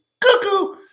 cuckoo